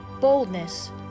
boldness